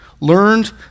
learned